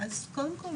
אז קודם כל,